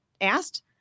asked